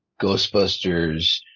Ghostbusters